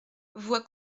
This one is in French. voie